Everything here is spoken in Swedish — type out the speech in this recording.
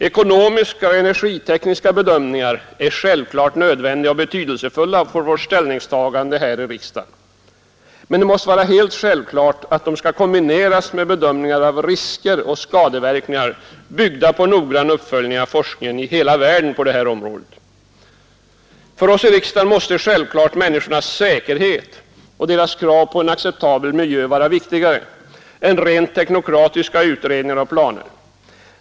Ekonomiska och energitekniska bedömningar är självfallet nödvändiga och betydelsefulla för vårt ställningstagande här i riksdagen, men det måste vara helt självklart att de skall kombineras med bedömningar av risker och skadeverkningar, byggda på noggrann uppföljning av forskningen i hela världen på detta område. För oss i riksdagen måste människornas säkerhet och deras krav på en acceptabel miljö vara viktigare än rent teknokratiska utredningar och planer.